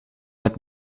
met